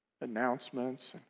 announcements